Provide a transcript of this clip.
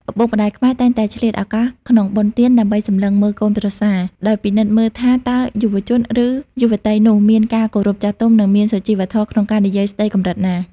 ឪពុកម្ដាយខ្មែរតែងតែឆ្លៀតឱកាសក្នុងបុណ្យទាន ដើម្បី "សម្លឹងមើលកូនប្រសា" ដោយពិនិត្យមើលថាតើយុវជន ឬយុវតីនោះមានការគោរពចាស់ទុំ និងមានសុជីវធម៌ក្នុងការនិយាយស្តីកម្រិតណា។